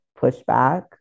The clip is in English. pushback